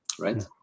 right